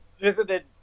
visited